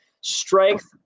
strength